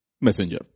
messenger